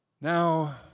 Now